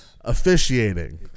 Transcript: officiating